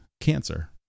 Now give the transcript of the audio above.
cancer